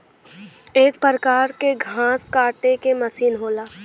एक परकार के घास काटे के मसीन होला